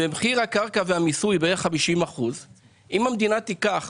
ומחיר הקרקע והמיסוי בערך 50%. אם המדינה תיקח